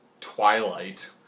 Twilight